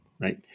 Right